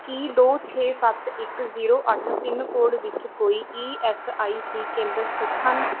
ਕੀ ਦੋ ਛੇ ਸੱਤ ਇੱਕ ਜ਼ੀਰੋ ਅੱਠ ਪਿਨ ਕੋਡ ਵਿੱਚ ਕੋਈ ਈ ਐਸ ਆਈ ਸੀ ਕੇਂਦਰ ਸਥਿਤ ਹਨ